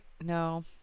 No